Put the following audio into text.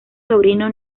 sobrino